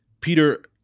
Peter